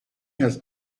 has